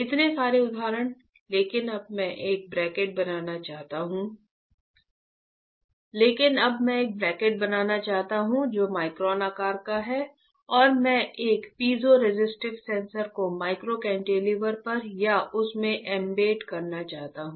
इतने सारे उदाहरण लेकिन अब मैं एक ब्रैकट बनाना चाहता हूं जो माइक्रोन आकार का है और मैं एक पीजोरेसिस्टिव सेंसर को माइक्रो कैंटिलीवर पर या उसमें एम्बेड करना चाहता हूं